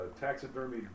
taxidermy